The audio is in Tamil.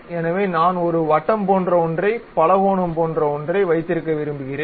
எனவே நான் ஒரு வட்டம் போன்ற ஒன்றை பலகோணம் போன்ற ஒன்றை வைத்திருக்க விரும்புகிறேன்